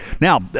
Now